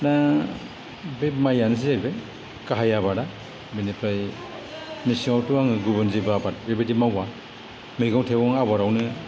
दा बे माइआनो जाहैबाय गाहाइ आबादा बेनिफ्राय मेसेङाव थ' आङो गुबुन जेबो आबाद बेबायदि मावा मैगं थाइगं आबादावनो